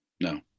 No